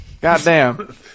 Goddamn